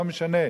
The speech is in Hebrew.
לא משנה,